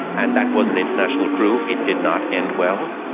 and that was an international crew. it did not end well.